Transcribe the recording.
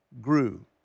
grew